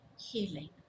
healing